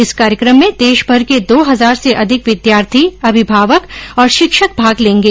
इस कार्यक्रम में देश भर के दो हजार से अधिक विद्यार्थी अभिभावक और शिक्षक भाग लेंगे